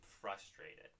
frustrated